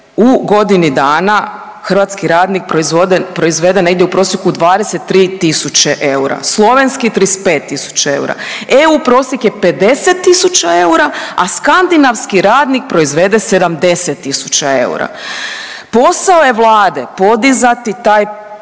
u godini dana, hrvatski radnik proizvede negdje u prosjeku 23000 eura, slovenski 35000 eura. EU prosjek je 50 000 eura, a skandinavski radnik proizvede 70000 eura. Posao je Vlade podizati taj